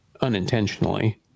unintentionally